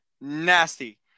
Nasty